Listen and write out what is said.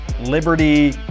Liberty